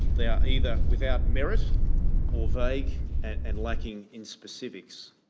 they are either without merit or vague and lacking in specifics.